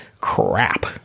crap